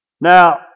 Now